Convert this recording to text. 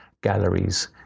galleries